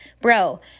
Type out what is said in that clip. bro